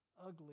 ugly